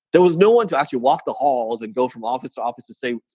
there was no one to actually walk the halls and go from office to office to say,